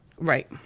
right